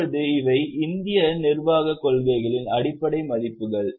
இப்போது இவை இந்திய நிர்வாகக் கொள்கைகளின் அடிப்படை மதிப்புகள்